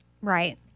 Right